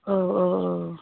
औ औ औ